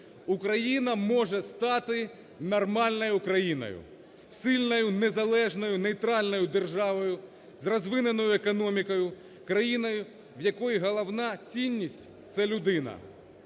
Україна може стати нормальною Україною: сильною, незалежною, нейтральною державою зрозвиненою економікою, країною, в якої головна цінність – це людина.